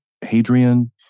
Hadrian